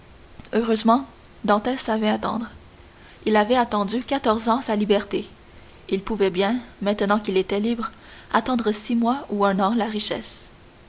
heureusement dantès savait attendre il avait attendu quatorze ans sa liberté il pouvait bien maintenant qu'il était libre attendre six mois ou un an la richesse